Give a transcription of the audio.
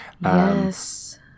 Yes